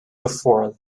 before